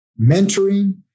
mentoring